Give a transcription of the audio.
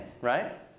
right